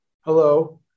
hello